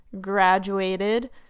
graduated